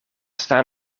staan